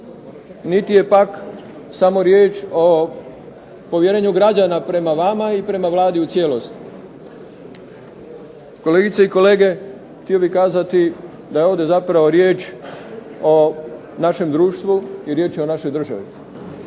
niti je pak samo riječ o povjerenju građana prema vama i prema Vladi u cijelosti. Kolegice i kolege, htio bih kazati da je ovdje zapravo riječ o našem društvu i riječ je o našoj državi